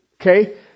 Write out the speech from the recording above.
Okay